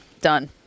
Done